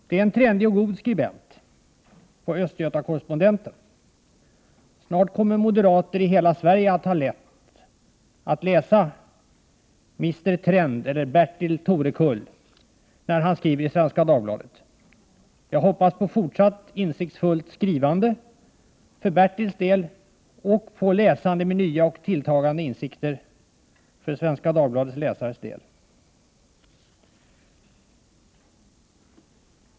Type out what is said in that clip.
Det är en trendig och god skribent som arbetar på Östgötakorrespondenten. Snart kommer moderater i hela Sverige att lätt kunna läsa Mr Trend, Bertil Torekull, när han skriver i Svenska. Dagbladet. Jag hoppas på fortsatt insiktsfullt skrivande för Bertil Torekulls del och på nya och tilltagande insikter för Svenska Dagbladets läsares del.